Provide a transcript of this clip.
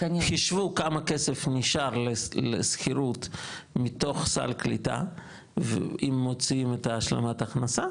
חישבו כמה כסף נשאר לשכירות מתוך סל קליטה אם מוציאים את השלמת ההכנסה.